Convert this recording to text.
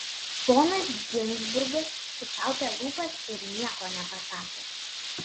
ponas ginzburgas sučiaupė lūpas ir nieko nepasakė